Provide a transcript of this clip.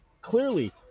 Clearly